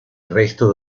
resto